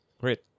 great